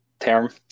term